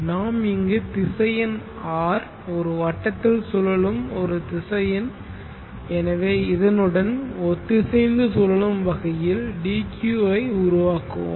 நாம் இங்கு திசையன் R ஒரு வட்டத்தில் சுழலும் ஒரு திசையன் எனவே இதனுடன் ஒத்திசைந்து சுழலும் வகையில் d q ஐ உருவாக்குவோம்